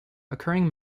occurring